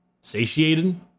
satiated